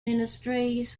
ministries